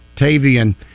Tavian